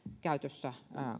käytössä